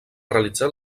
realitzar